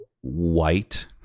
white